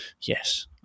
yes